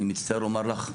אני מצטער לומר לך,